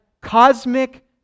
cosmic